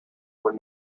were